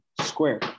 square